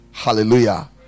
hallelujah